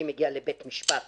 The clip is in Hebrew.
אני מגיע לבית משפט